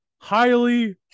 highly